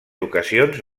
ocasions